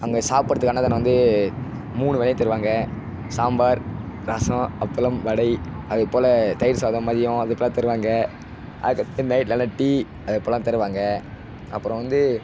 அங்கே சாப்பிட்றதுக்கு அன்னதானம் வந்து மூணு வேளை தருவாங்க சாம்பார் ரசம் அப்பளம் வடை அதேபோல் தயிர்சாதம் மதியம் அதேபோல் தருவாங்க அதுக்கப்புறமே நல்ல டீ அதேபோல்லாம் தருவாங்க அப்புறம் வந்து